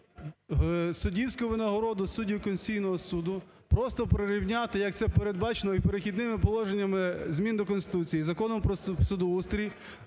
суддівську винагороду суддів Конституційного Суду просто прирівняти, як це передбачено і Перехідними положеннями змін до Конституції, Закону про судоустрій